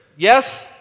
Yes